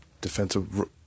Defensive